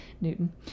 Newton